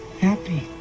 happy